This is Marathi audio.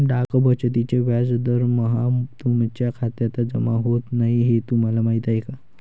डाक बचतीचे व्याज दरमहा तुमच्या खात्यात जमा होत नाही हे तुम्हाला माहीत आहे का?